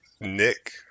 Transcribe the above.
Nick